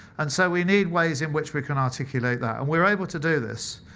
and so we need ways in which we can articulate. and we're able to do this.